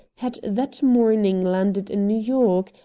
had that morning landed in new york,